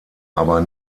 aber